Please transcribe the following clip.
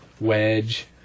Wedge